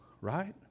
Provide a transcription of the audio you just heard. right